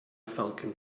falcon